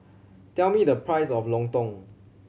tell me the price of lontong